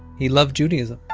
he loved judaism